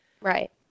Right